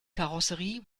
karosserie